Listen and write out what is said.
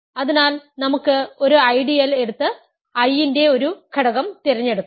അതിനാൽ നമുക്ക് ഒരു ഐഡിയൽ എടുത്ത് I ന്റെ ഒരു ഘടകം തിരഞ്ഞെടുക്കാം